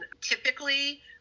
typically